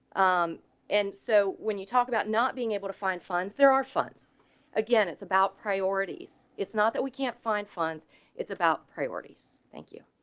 um and so when you talk about not being able to find funds, there are funds again it's about priorities. it's not that we can't find funds it's about priorities. thank you